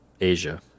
Asia